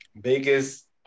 biggest